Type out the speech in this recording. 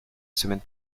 semaine